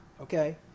okay